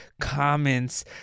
comments